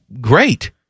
great